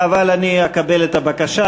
אבל אני אקבל את הבקשה,